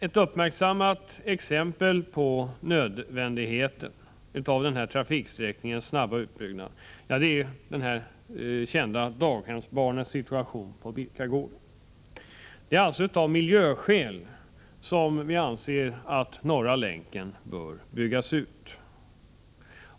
Ett uppmärksammat exempel på nödvändigheten av denna trafiksträcknings snabba utbyggnad är daghemsbarnens situation på Birkagården. Det är alltså av miljöskäl som vi anser att Norra länken bör byggas ut.